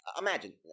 Imagine